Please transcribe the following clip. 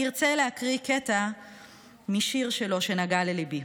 ארצה להקריא קטע משיר שלו, שנגע לליבי.